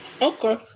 Okay